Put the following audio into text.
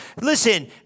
Listen